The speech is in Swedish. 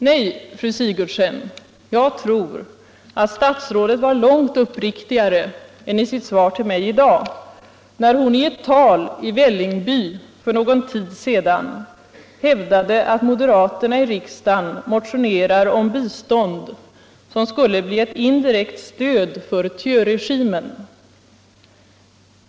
Nej, jag tror att fru Sigurdsen var långt uppriktigare än i sitt svar till mig i dag när hon i ett tal i Vällingby för någon tid sedan hävdade att moderaterna i riksdagen motionerar om bistånd som skulle bli ett indirekt stöd för Thieuregimen.